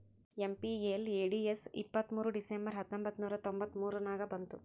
MPLADS ಇಪ್ಪತ್ತ್ಮೂರ್ December ಹತ್ತೊಂಬತ್ ನೂರಾ ತೊಂಬತ್ತ ಮೂರ ನಾಗ ಬಂತು